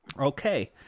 Okay